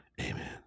Amen